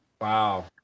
Wow